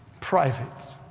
private